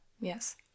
Yes